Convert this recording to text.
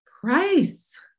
price